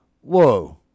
whoa